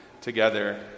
Together